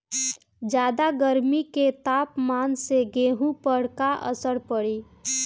ज्यादा गर्मी के तापमान से गेहूँ पर का असर पड़ी?